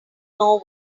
know